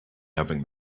having